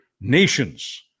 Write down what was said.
nations